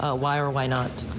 ah why or or why not.